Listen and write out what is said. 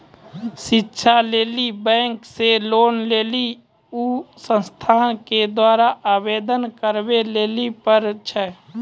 शिक्षा लेली बैंक से लोन लेली उ संस्थान के द्वारा आवेदन करबाबै लेली पर छै?